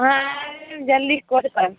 हाँ जल्दी कौल करू